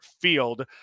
field